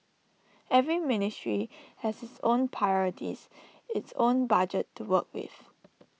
every ministry has its own priorities its own budget to work with